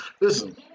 Listen